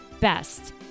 best